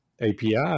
API